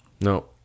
No